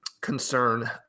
concern